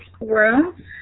room